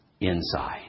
inside